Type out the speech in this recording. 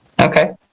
Okay